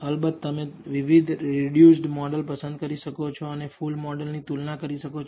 અલબત્ત તમે વિવિધ રિડ્યુસડ મોડલ પસંદ કરી શકો છો અને ફુલ મોડલની તુલના કરી શકો છો